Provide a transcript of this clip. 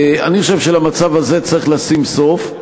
אני חושב שלמצב הזה צריך לשים סוף,